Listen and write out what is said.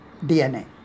DNA